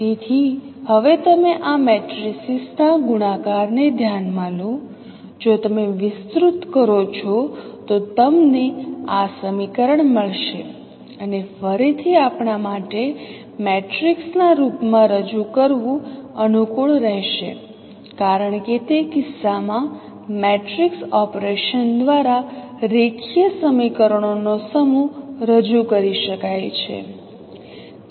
તેથી હવે તમે આ મેટ્રિસિસના ગુણાકાર ને ધ્યાન માં લો જો તમે વિસ્તૃત કરો છો તો તમને આ સમીકરણ મળશે અને ફરીથી આપણા માટે મેટ્રિક્સના રૂપમાં રજૂ કરવું અનુકૂળ રહેશે કારણ કે તે કિસ્સામાં મેટ્રિક્સ ઓપરેશન દ્વારા રેખીય સમીકરણોનો સમૂહ રજૂ કરી શકાય છે